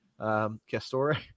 Castore